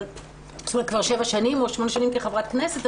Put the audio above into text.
אני כבר שבע שנים או שמונה שנים כחברת הכנסת,